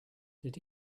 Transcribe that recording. did